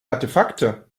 artefakte